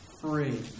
free